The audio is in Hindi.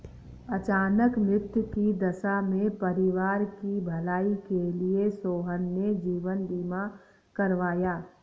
अचानक मृत्यु की दशा में परिवार की भलाई के लिए सोहन ने जीवन बीमा करवाया